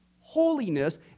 holiness